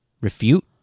Refute